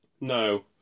No